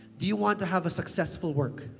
do you want to have a successful work?